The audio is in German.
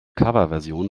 coverversion